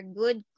good